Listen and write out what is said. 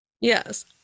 Yes